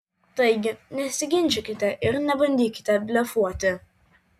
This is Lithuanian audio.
taigi nesiginčykite ir nebandykite blefuoti